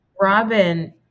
robin